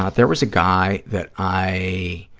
ah there was a guy that i